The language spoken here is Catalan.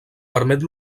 permet